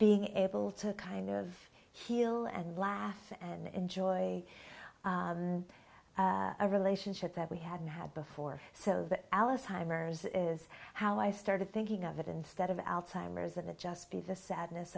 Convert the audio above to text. being able to kind of heal and laugh and enjoy a relationship that we hadn't had before so that alice timer's is how i started thinking of it instead of alzheimer's and it just be the sadness